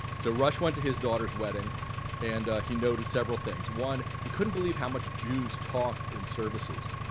so rush went to his daughter's wedding and he noted several things. one he couldn't believe how much jews talked in services.